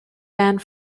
band